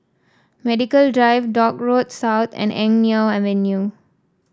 Medical Drive Dock Road South and Eng Neo Avenue